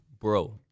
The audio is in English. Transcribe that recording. bro